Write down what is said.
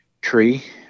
Tree